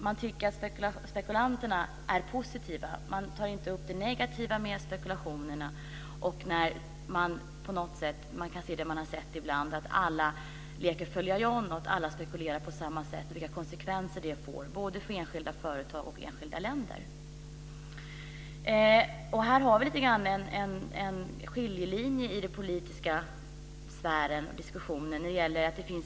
Man tycker alltså att spekulanter är något positivt, och man tar inte upp det negativa med spekulationerna - det som man har sett ibland när alla leker följa John och alla spekulerar på samma sätt, och vilka konsekvenser det får för både enskilda företag och enskilda länder. Här går en skiljelinje i den politiska sfären och diskussionen.